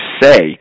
say